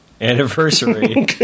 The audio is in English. anniversary